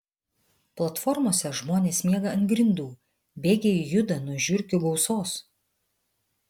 platformose žmonės miega ant grindų bėgiai juda nuo žiurkių gausos